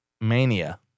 Mania